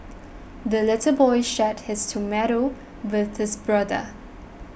the little boy shared his tomato with his brother